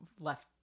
left